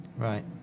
Right